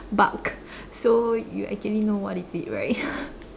bark so you actually know what is it right